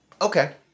Okay